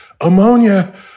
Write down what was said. ammonia